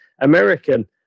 American